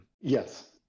Yes